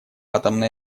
атомной